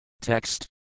Text